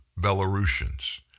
Belarusians